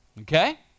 Okay